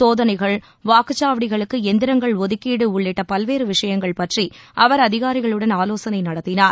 சோதனைகள் வாக்குச்சாவடிகளுக்கு எந்திரங்கள் ஒதுக்கீடு உள்ளிட்ட பல்வேறு விஷயங்கள் பற்றி அவர் அதிகாரிகளுடன் ஆலோசனை நடத்தினார்